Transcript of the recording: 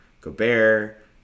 Gobert